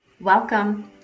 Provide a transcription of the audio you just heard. Welcome